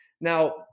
Now